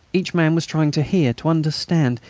each man was trying to hear, to understand,